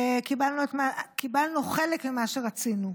קיבלנו חלק ממה שרצינו.